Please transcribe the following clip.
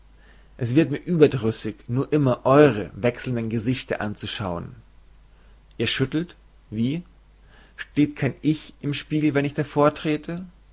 es wird mir überdrüssig nur immer eure wechselnden gesichter anzuschauen ihr schüttelt wie steht kein ich im spiegel wenn ich davor trete